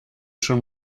schon